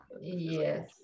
yes